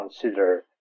consider